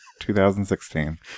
2016